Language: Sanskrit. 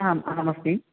आम् अहमस्मि